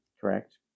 correct